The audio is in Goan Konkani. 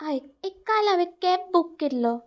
हय एक काल हांवें कॅब बूक केल्लो